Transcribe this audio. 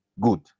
good